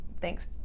Thanks